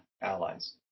allies